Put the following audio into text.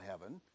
heaven